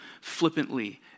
flippantly